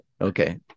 okay